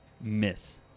Miss